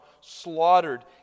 slaughtered